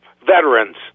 Veterans